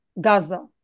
Gaza